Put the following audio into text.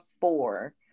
four